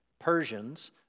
Persians